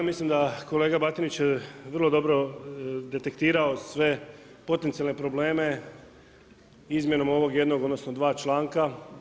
Mislim da kolega Batinić je vrlo dobro detektirao sve potencijalne probleme izmjenom ovog jednog, odnosno, dva članka.